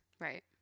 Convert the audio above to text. Right